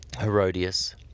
Herodias